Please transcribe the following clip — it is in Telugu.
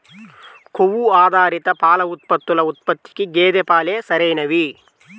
కొవ్వు ఆధారిత పాల ఉత్పత్తుల ఉత్పత్తికి గేదె పాలే సరైనవి